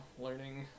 learning